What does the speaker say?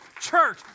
church